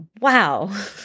wow